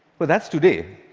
well, that's today,